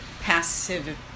Passive